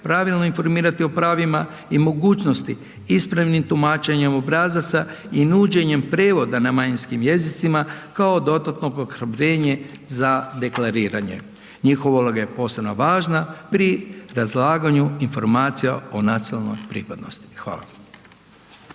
pravilno informirati o pravima i mogućnosti ispravnim tumačenjem obrazaca i nuđenjem prevoda na manjinskim jezicima kao dodatno ohrabrenje za deklariranje. Njihova uloga je posebno važna pri razlaganju informacija o nacionalnoj pripadnosti. Hvala.